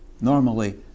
Normally